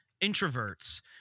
introverts